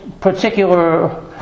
particular